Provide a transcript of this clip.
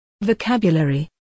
Vocabulary